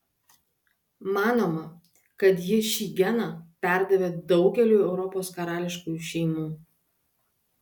manoma kad ji šį geną perdavė daugeliui europos karališkųjų šeimų